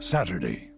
Saturday